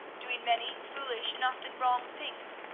doing many foolish, and often wrong things,